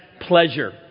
pleasure